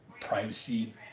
Privacy